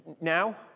Now